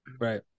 Right